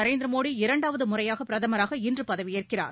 நரேந்திர மோடி இரண்டாவது முறையாக பிரதமராக இன்று பதவியேற்கிறார்